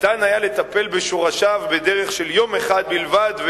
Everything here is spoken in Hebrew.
ניתן היה לטפל בשורשיו בדרך של יום אחד בלבד,